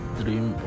dream